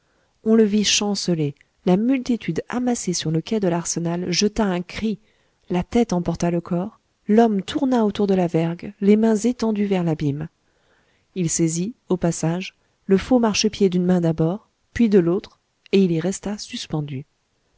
on le vit chanceler la multitude amassée sur le quai de l'arsenal jeta un cri la tête emporta le corps l'homme tourna autour de la vergue les mains étendues vers l'abîme il saisit au passage le faux marchepied d'une main d'abord puis de l'autre et il y resta suspendu